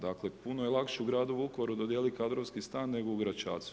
Dakle puno je lakše u gradu Vukovaru dodijeliti kadrovski stan nego u Gračacu.